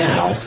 Now